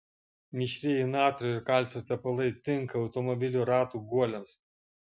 mišrieji natrio ir kalcio tepalai tinka automobilių ratų guoliams